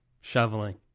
shoveling